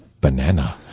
banana